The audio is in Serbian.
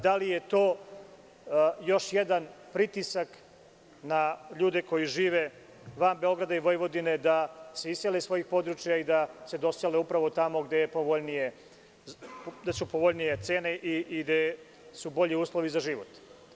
Da li je to još jedan pritisak na ljude koji žive van Beograda i Vojvodine da se isele iz svojih područja, da se dosele upravo tamo gde su povoljnije cene i gde su bolji uslovi za život?